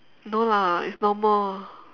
no lah it's normal